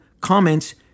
comments